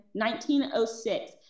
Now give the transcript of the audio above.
1906